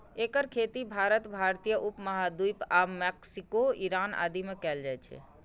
एकर खेती भारत, भारतीय उप महाद्वीप आ मैक्सिको, ईरान आदि मे कैल जाइ छै